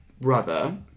brother